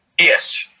Yes